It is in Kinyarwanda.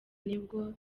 nibwo